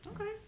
Okay